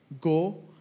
go